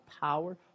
power